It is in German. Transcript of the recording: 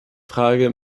frage